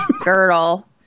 girdle